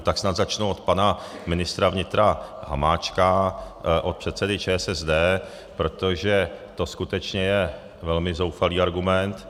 Tak snad začnu od pana ministra vnitra Hamáčka, od předsedy ČSSD, protože to skutečně je velmi zoufalý argument.